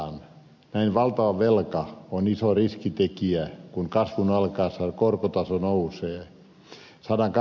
näin valtava velka on iso riskitekijä kun kasvun alkaessa korkotaso nousee